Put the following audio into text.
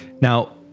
Now